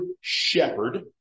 shepherd